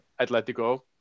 Atletico